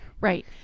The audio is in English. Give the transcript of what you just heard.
right